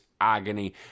agony